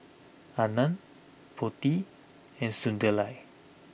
Anand Potti and Sunderlal